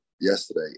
yesterday